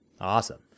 Awesome